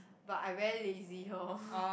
but I very lazy lor